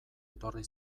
etorri